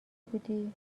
بودی